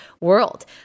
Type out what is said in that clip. world